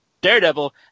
Daredevil